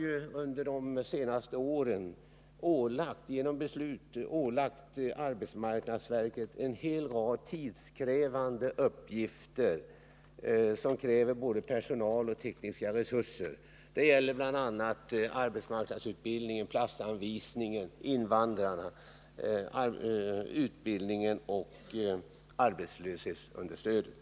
Under de senaste åren har vi ju genom beslut ålagt arbetsmarknadsverket en hel rad tidskrävande uppgifter som fordrar både personal och tekniska resurser. Det gäller bl.a. arbetsmarknadsutbildningen, platsanvisningen, invandrarna, utbildningen och arbetslöshetsunderstödet.